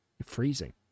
freezing